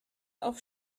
auf